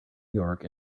york